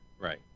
Right